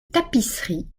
tapisseries